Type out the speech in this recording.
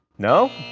no?